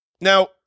Now